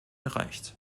recht